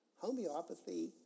homeopathy